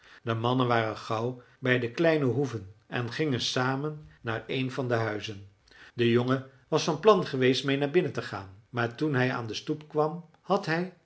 de mannen waren gauw bij de kleine hoeven en gingen samen naar een van de huizen de jongen was van plan geweest meê naar binnen te gaan maar toen hij aan de stoep kwam had hij